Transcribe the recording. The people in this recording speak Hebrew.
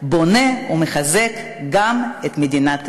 בונה ומחזק גם את מדינת ישראל.